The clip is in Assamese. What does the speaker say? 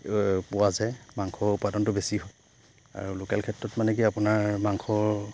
পোৱা যায় মাংস উপাদানটো বেছি হয় আৰু লোকেল ক্ষেত্ৰত মানে কি আপোনাৰ মাংস